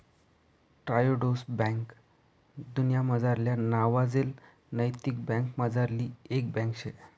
Triodos bank दुन्यामझारल्या नावाजेल नैतिक बँकासमझारली एक बँक शे